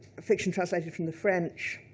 fiction translated from the french.